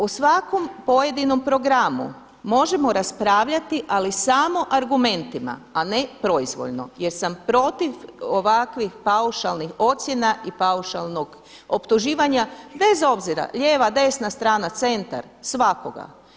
O svakom pojedinom programu možemo raspravljati, ali samo argumentima a ne proizvoljno jer sam protiv ovakvih paušalnih ocjena i paušalnog optuživanja bez obzira lijeva, desna strana, centar, svakoga.